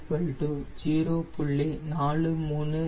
941 0